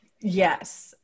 Yes